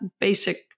basic